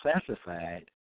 classified